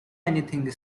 anything